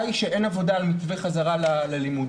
היא שאין עבודה על מתווה חזרה ללימודים,